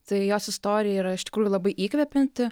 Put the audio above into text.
tai jos istorija yra iš tikrųjų labai įkvepianti